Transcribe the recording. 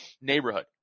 neighborhood